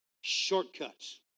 shortcuts